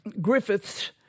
Griffiths